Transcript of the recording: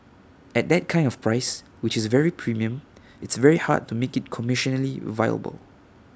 at that kind of price which is very premium it's very hard to make IT commercially viable